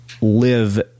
live